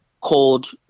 called